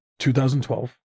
2012